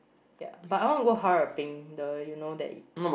yeah but I want to Harbin the you know that it